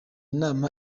nama